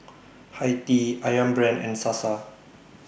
Hi Tea Ayam Brand and Sasa